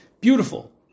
Beautiful